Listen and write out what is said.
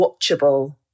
watchable